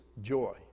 joy